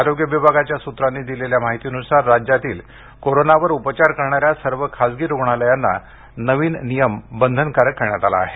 आरोग्य विभागाच्या सूत्रांनी दिलेल्या माहितीनुसार राज्यातील कोरोनावर उपचार करणाऱ्या सर्व खासगी रुग्णालयांना नवीन नियम बंधनकारक करण्यात आला आहे